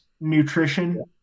nutrition